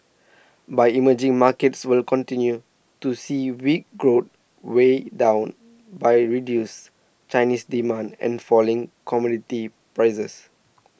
but emerging markets will continue to see weak growth weighed down by reduced Chinese demand and falling commodity prices